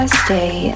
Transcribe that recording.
stay